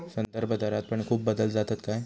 संदर्भदरात पण खूप बदल जातत काय?